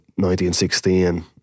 1916